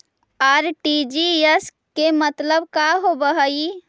RTGS के मतलब का होव हई?